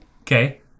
Okay